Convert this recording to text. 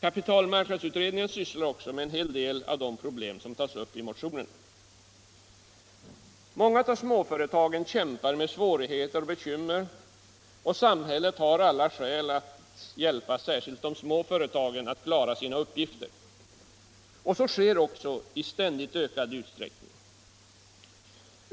Kapitalmarknadsutredningen sysslar även med en del av de problem som tas upp i motionerna. Många av småföretagen kämpar med svårigheter och bekymmer och samhället har alla skäl att hjälpa särskilt de små företagen att klara sina uppgifter. Så sker också i ständigt ökad utsträckning.